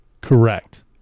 Correct